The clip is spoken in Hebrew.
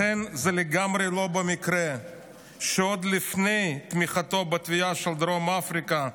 לכן זה לגמרי לא במקרה שעוד לפני תמיכתו בתביעה של דרום אפריקה,